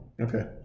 Okay